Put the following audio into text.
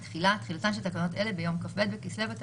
אנחנו היום בדיון נוסף בענייני הקורונה ברקע הדיווחים שאנחנו